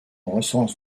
recense